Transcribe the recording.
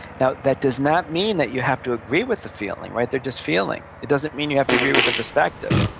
now, that does not mean that you have to agree with the feeling, right? they're just feelings. it doesn't mean you have to agree with the perspective.